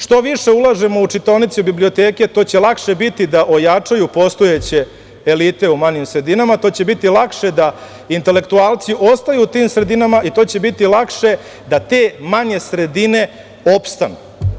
Što više ulažemo u čitaonice i biblioteke, to će lakše biti da ojačaju postojeće elite u manjim sredinama, to će biti lakše da intelektualci ostaju u tim sredinama i to će biti lakše da te manje sredine opstanu.